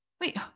wait